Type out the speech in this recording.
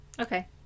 Okay